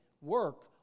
work